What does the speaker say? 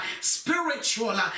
spiritual